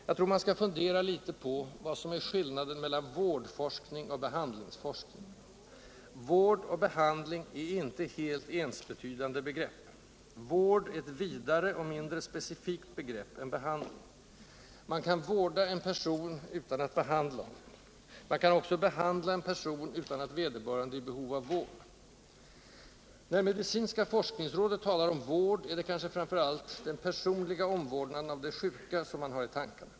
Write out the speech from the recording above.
Jag tror att man skall fundera litet på vad som är skillnaden mellan vårdforskning och behandlingsforskning. ” Vård” och ”behandling” är inte helt ensbetydande begrepp. ”Vård” är ett vidare och mindre specifikt begrepp än ”behandling”. Man kan vårda en person utan att behandla honom. Man kan också behandla en person utan att vederbörande är i behov av vård. När medicinska forskningsrådet talar om ”vård” är det kanske framför allt den personliga omvårdnanden av de sjuka som man har i tankarna.